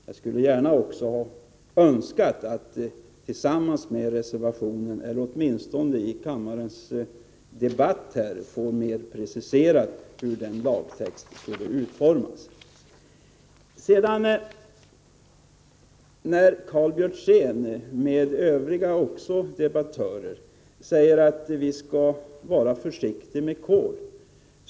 Jag skulle ha önskat att i reservationen eller åtminstone här i kammarens debatt få preciserat hur lagtexten skall utformas. Karl Björzén och övriga debattörer säger att vi skall vara försiktiga med kol.